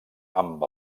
amb